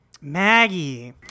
Maggie